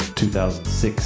2006